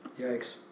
Yikes